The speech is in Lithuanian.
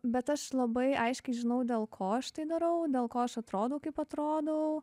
bet aš labai aiškiai žinau dėl ko aš tai darau dėl ko aš atrodau kaip atrodau